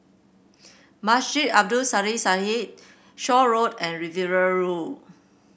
Masjid Abdul Shaw Road and Riverina Road